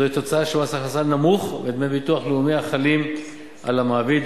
זוהי תוצאה של מס הכנסה נמוך ודמי ביטוח לאומי החלים על המעביד,